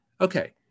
Okay